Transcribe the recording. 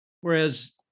whereas